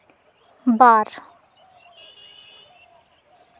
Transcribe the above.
ᱵᱟᱨ